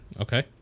okay